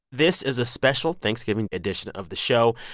this is a special thanksgiving edition of the show.